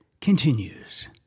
continues